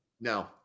No